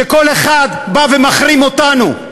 שכל אחד בא ומחרים אותנו.